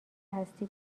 هستی